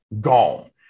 gone